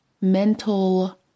mental